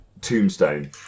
Tombstone